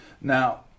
Now